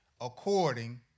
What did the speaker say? according